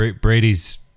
Brady's